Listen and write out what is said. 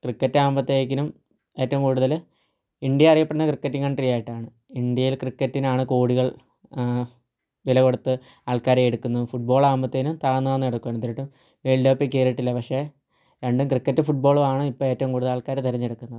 ക്രിക്കറ്റാവുമ്പൊത്തേക്കിനും ഏറ്റവും കൂടുതൽ ഇന്ത്യ അറിയപ്പെടുന്നത് ക്രിക്കറ്റിങ് കൺട്രി ആയിട്ടാണ് ഇന്ത്യയിൽ ക്രിക്കറ്റിനാണ് കോടികൾ വില കൊടുത്ത് ആൾക്കാരെ എടുക്കുന്നത് ഫുട്ബോളകുമ്പൊത്തേനും താഴ്ന്നു താഴ്ന്ന് എടുക്കുന്നത് വേൾഡ് കപ്പിൽ കയറിയിട്ടില്ല പക്ഷേ രണ്ടും ഇപ്പോൾ ക്രിക്കറ്റും ഫുട്ബോളും ആണ് ഇപ്പോൾ ഏറ്റവും കൂടുതൽ തിരഞ്ഞെടുക്കുന്നത്